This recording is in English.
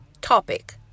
topic